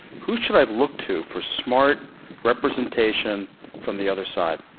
who should i look to for smart representation from the other side?